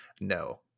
No